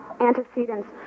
antecedents